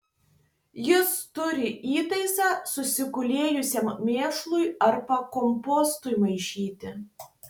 jis turi įtaisą susigulėjusiam mėšlui arba kompostui maišyti